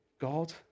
God